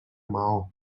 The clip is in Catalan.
maó